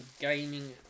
gaming